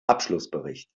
abschlussbericht